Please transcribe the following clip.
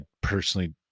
personally